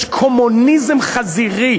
יש קומוניזם חזירי,